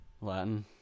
Latin